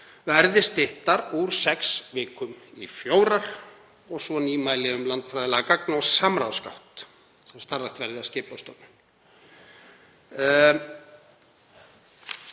verði styttur úr sex vikum í fjórar og svo nýmæli um landfræðilega gagna- og samráðsgátt sem starfrækt verði af Skipulagsstofnun.